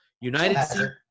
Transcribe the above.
United